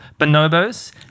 Bonobos